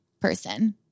person